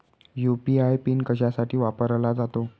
UPI PIN कशासाठी वापरला जातो?